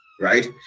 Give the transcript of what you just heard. right